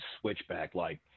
switchback-like